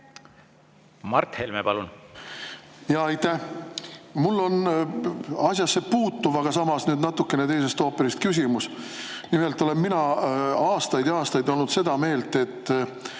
Mart Helme, palun! Aitäh! Mul on asjasse puutuv, aga samas natuke teisest ooperist küsimus. Nimelt olen mina aastaid ja aastaid olnud seda meelt, et